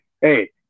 Hey